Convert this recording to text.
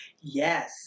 Yes